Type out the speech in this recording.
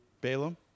Balaam